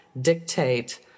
dictate